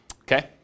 okay